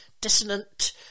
dissonant